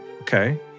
Okay